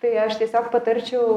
tai aš tiesiog patarčiau